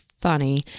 funny